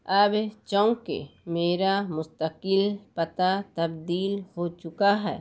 اب چوںکہ میرا مستقل پتا تبدیل ہو چکا ہے